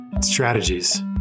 Strategies